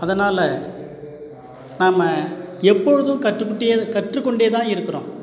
அதனால் நாம எப்பொழுதும் கற்றுக்குட்டியே கற்றுக்கொண்டே தான் இருக்கிறோம்